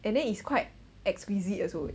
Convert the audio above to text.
and then it's quite exquisite also